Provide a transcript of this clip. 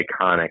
iconic